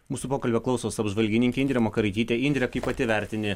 mūsų pokalbio klausos apžvalgininkė indrė makaraitytė indre kaip pati vertini